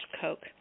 Coke